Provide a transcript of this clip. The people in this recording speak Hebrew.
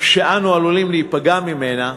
שאנו עלולים להיפגע ממנה,